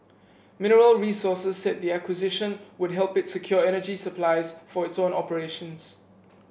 Mineral Resources said the acquisition would help it secure energy supplies for its own operations